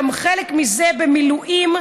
גם חלק מזה במילואים,